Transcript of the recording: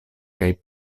kaj